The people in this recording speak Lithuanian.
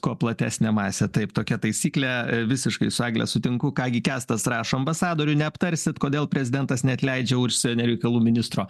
kuo platesnė masė taip tokia taisyklė visiškai su egle sutinku ką gi kęstas rašo ambasadorių neaptarsit kodėl prezidentas neatleidžia užsienio reikalų ministro